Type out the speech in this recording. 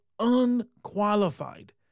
unqualified